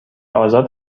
آزاد